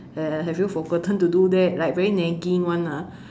uh have you forgotten to do that like very nagging [one] lah